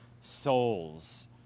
souls